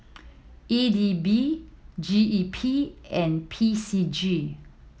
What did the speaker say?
E D B G E P and P C G